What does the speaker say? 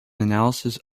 analysis